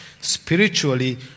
spiritually